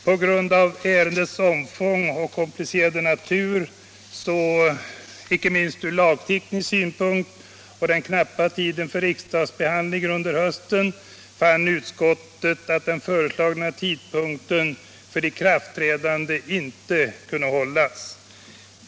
På grund av ärendets omfång och komplicerade natur, inte minst från lagteknisk synpunkt, och den knappa tiden för riksdagsbehandling under hösten fann utskottet att den föreslagna tidpunkten för ikraftträdandet inte kunde hållas.